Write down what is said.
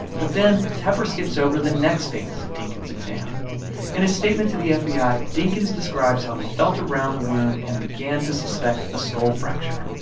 but then tepper skips over the next phases of dinkins' exam in a statement to the fbi, dinkins describes how he felt around the wound and began to suspect a skull fracture,